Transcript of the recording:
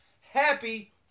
Happy